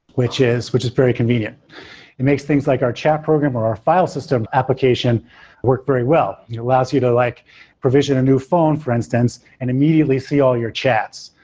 which is which is very convenient it makes things like our chat program, or our file system application work very well. it you know allows you to like provision a new phone for instance and immediately see all your chats.